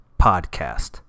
Podcast